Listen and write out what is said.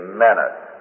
menace